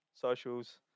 socials